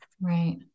Right